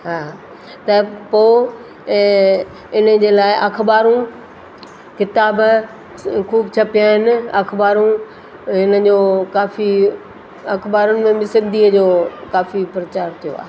हा त पोइ इन जे लाइ अख़बारूं किताब खूबु छपिया आहिनि अख़बारूं हिन जो काफ़ी अख़बारुनि में बि सिंधीअ जो काफ़ी प्रचार थियो आहे